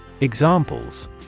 Examples